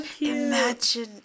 imagine